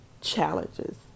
challenges